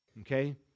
Okay